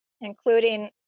including